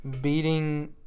beating